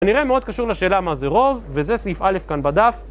נראה מאוד קשור לשאלה מה זה רוב, וזה סעיף א' כאן בדף